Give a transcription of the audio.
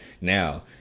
now